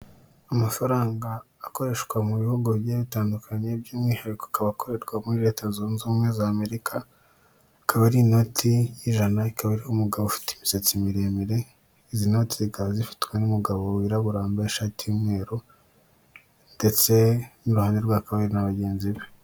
Amafaranga akoreshwa mu bihugu bigiye bitandukanye by'umwihariko akaba akorerwa muri leta zunze ubumwe z'Amerika akaba ari inoti ijana ikaba umugabo ufite imisatsi miremire izi notezika bazifitwe n'umugabo wirabura wambaye ishati y'umweru ndetse n'uruhande rw hakaba hari na bagenzi be.